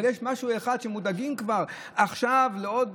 אבל יש משהו אחד שמודאגים כבר עכשיו לעוד